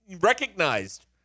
recognized